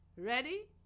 Ready